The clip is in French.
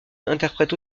interprète